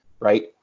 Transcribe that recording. Right